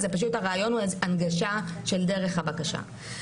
הרעיון הוא הנגשה של דרך הבקשה.